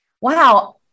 wow